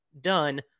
done